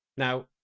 Now